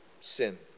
sin